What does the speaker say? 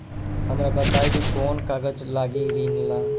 हमरा बताई कि कौन कागज लागी ऋण ला?